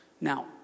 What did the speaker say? Now